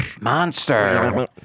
Monster